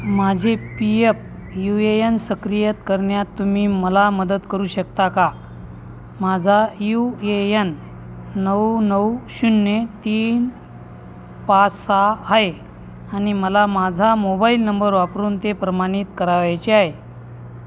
माझे P F U A N सक्रिय करण्यात तुम्ही मला मदत करू शकता का माझा यू ए यन नऊ नऊ शून्य तीन पाच सहा आहे आणि मला माझा मोबाईल नंबर वापरून ते प्रमाणित करायचे आहे